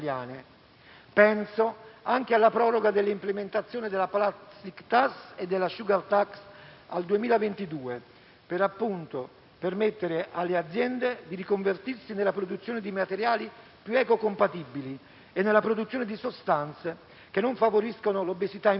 Penso anche alla proroga dell'implementazione della *plastic tax* e della *sugar tax* al 2022, appunto per permettere alle aziende di riconvertirsi nella produzione di materiali più eco-compatibili e nella produzione di sostanze che non favoriscano l'obesità infantile,